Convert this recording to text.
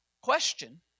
Question